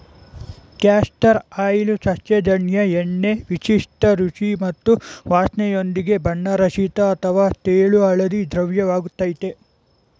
castor oil ಸಸ್ಯಜನ್ಯ ಎಣ್ಣೆ ವಿಶಿಷ್ಟ ರುಚಿ ಮತ್ತು ವಾಸ್ನೆಯೊಂದಿಗೆ ಬಣ್ಣರಹಿತ ಅಥವಾ ತೆಳು ಹಳದಿ ದ್ರವವಾಗಯ್ತೆ